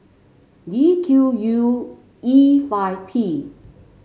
D Q U E five P